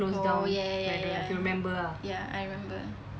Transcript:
oh ya ya ya ya ya ya I remember